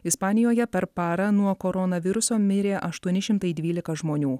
ispanijoje per parą nuo koronaviruso mirė aštuoni šimtai dvylika žmonių